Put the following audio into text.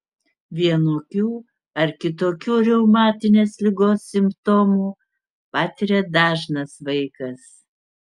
vienokių ar kitokių reumatinės ligos simptomų patiria dažnas vaikas